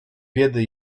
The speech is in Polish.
biedy